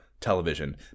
television